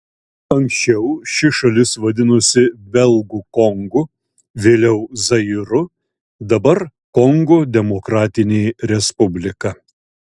anksčiau ši šalis vadinosi belgų kongu vėliau zairu dabar kongo demokratinė respublika